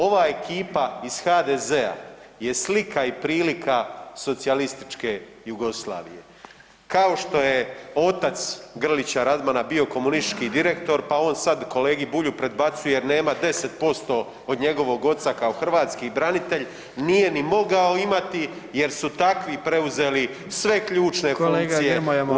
Ova ekipa iz HDZ-a je slika i prilika socijalističke Jugoslavije kao što je otac Grlića Radmana bio komunistički direktor, pa on sad kolegi Bulju predbacuje jer nema 10% od njegovog oca, kao hrvatski branitelj nije ni mogao imati jer su takvi preuzeli sve ključne funkcije u ovoj Hrvatskoj.